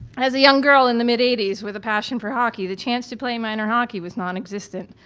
as a young girl in the mid eighty s with the passion for hockey, the chance to play minor hockey was non-existent